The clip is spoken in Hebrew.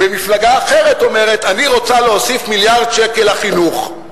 ומפלגה אחרת אומרת: אני רוצה להוסיף מיליארד שקל לחינוך,